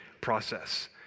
process